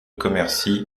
commercy